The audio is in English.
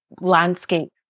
landscape